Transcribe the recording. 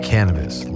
Cannabis